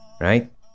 Right